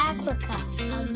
Africa